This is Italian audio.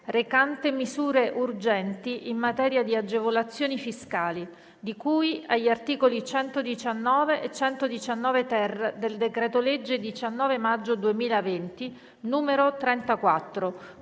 recante misure urgenti in materia di agevolazioni fiscali di cui agli articoli 119 e 119-*ter* del decreto-legge 19 maggio 2020, n. 34,